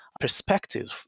perspective